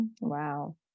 wow